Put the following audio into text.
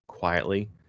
quietly